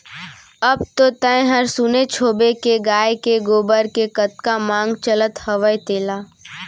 अब तो तैंहर सुनेच होबे के गाय के गोबर के कतका मांग चलत हवय तेला